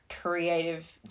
Creative